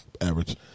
average